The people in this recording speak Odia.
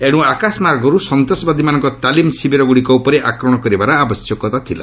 ଏଣୁ ଆକାଶମାର୍ଗରୁ ସନ୍ତାସବାଦୀମାନଙ୍କ ତାଲିମ୍ ଶିବିରଗ୍ରଡ଼ିକ ଉପରେ ଆକ୍ରମଣ କରିବାର ଆବଶ୍ୟକତା ଥିଲା